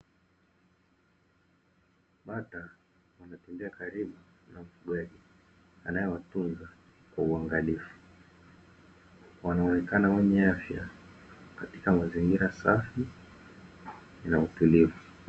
Bata wanatembea karibu na mfugaji anaewatunza kwa uangalifu, wanaonekana wenye afya katika mazingira safi na utulivu.